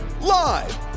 Live